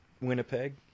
Winnipeg